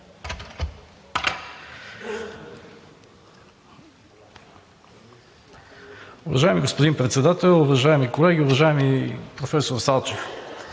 Уважаеми господин Председател, уважаеми колеги! Уважаеми професор Салчев,